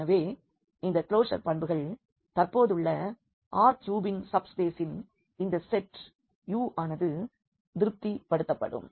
எனவே இந்த க்ளோஷர் பண்புகள் தற்போதுள்ள R3 வின் சப்ஸ்பேசின் இந்த செட் U வானது திருப்திபடுத்தப்படும்